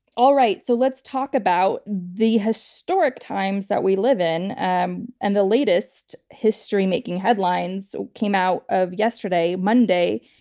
all right. so let's talk about the historic times that we live in and and the latest history making headlines that came out of yesterday, monday,